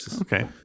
Okay